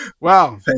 Wow